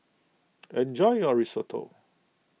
enjoy your Risotto